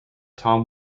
tom